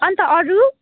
अन्त अरू